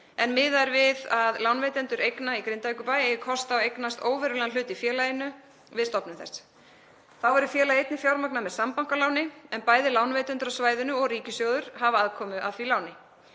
en miðað er við að lánveitendur eigna í Grindavíkurbæ eigi kost á að eignast óverulegan hlut í félaginu við stofnun þess. Þá verður félagið einnig fjármagnað með sambankaláni, en bæði lánveitendur á svæðinu og ríkissjóður hafa aðkomu að því láni.